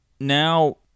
now